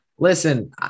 Listen